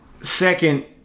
Second